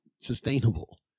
sustainable